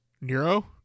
Nero